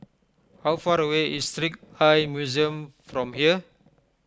how far away is Trick Eye Museum from here